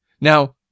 Now